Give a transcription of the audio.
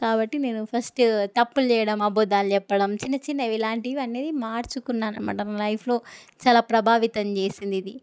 కాబట్టి నేను ఫస్ట్ తప్పులు చేయడం అబద్దాలు చెప్పడం చిన్న చిన్నవి ఇలాంటివి అనేది మార్చుకున్నాను అన్నమాట నా లైఫ్లో చాలా ప్రభావితం చేసింది ఇది